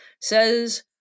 says